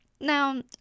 Now